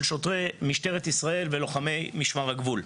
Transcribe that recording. שוטרי משטרת ישראל ולוחמי משמר הגבול.